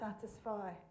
satisfy